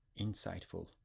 insightful